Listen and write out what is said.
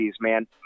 man